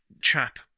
chap